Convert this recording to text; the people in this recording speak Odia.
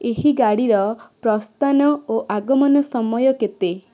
ଏହି ଗାଡ଼ିର ପ୍ରସ୍ଥାନ ଓ ଆଗମନ ସମୟ କେତେ